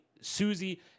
Susie